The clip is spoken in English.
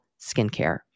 skincare